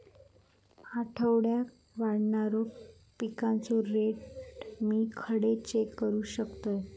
आठवड्याक वाढणारो पिकांचो रेट मी खडे चेक करू शकतय?